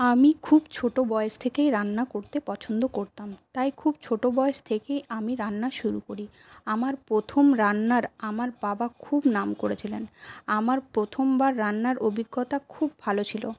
আমি খুব ছোটো বয়স থেকেই রান্না করতে পছন্দ করতাম তাই খুব ছোটো বয়স থেকে আমি রান্না শুরু করি আমার প্রথম রান্নার আমার বাবা খুব নাম করেছিলেন আমার প্রথমবার রান্নার অভিজ্ঞতা খুব ভালো ছিল